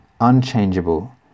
unchangeable